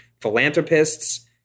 philanthropists